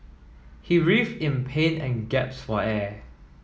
he writhed in pain and for air